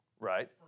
Right